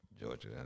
Georgia